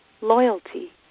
loyalty